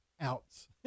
outs